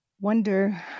wonder